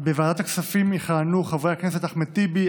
בוועדת הכספים יכהנו חברי הכנסת אחמד טיבי,